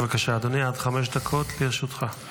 בבקשה, אדוני, עד חמש דקות לרשותך.